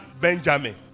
Benjamin